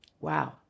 Wow